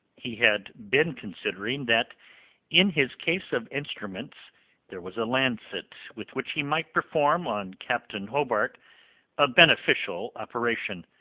he had been considering that in his case of instruments there was a lancet with which he might perform on captain hobart a beneficial operation.